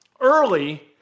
early